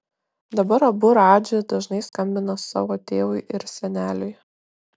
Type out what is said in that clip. dabar abu radži dažnai skambina savo tėvui ir seneliui